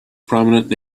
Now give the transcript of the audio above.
prominent